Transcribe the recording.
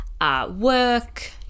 work